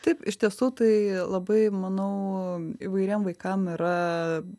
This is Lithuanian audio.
taip iš tiesų tai labai manau įvairiem vaikams yra